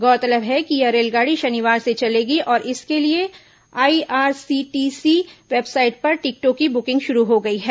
गौरतलब है कि यह रेलगाड़ी शनिवार से चलेगी और इसके लिए आईआरसीटीसी वेबसाइट पर टिकटों की बुकिंग शुरू हो गई है